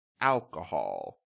alcohol